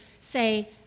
say